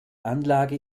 anlage